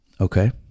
Okay